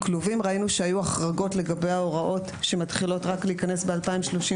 ראינו שהיו החרגות לגבי ההוראות שמתחילות להיכנס רק ב-2037.